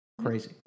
crazy